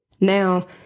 Now